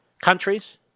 countries